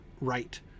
right